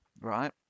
right